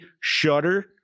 Shudder